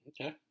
Okay